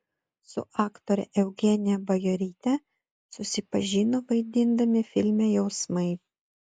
su aktore eugenija bajoryte susipažino vaidindami filme jausmai